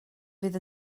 fydd